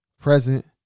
present